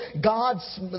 God's